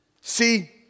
See